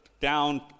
down